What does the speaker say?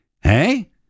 Hey